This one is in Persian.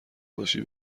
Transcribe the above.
باشی